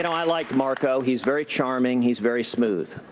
know, i like marco. he's very charming he's very smooth.